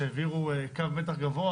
שהעבירו קו מתח גבוה